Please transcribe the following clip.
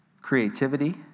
creativity